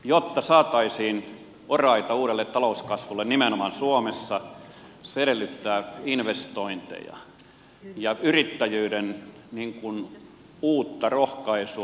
jotta saataisiin oraita uudelle talouskasvulle nimenomaan suomessa se edellyttää investointeja ja yrittäjyyden uutta rohkaisua